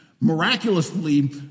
miraculously